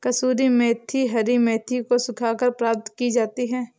कसूरी मेथी हरी मेथी को सुखाकर प्राप्त की जाती है